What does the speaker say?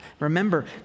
Remember